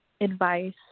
advice